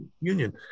union